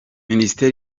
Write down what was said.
ministre